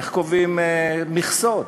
איך קובעים מכסות,